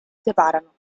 separano